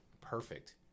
Perfect